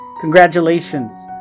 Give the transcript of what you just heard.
Congratulations